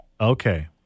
Okay